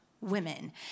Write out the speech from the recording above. women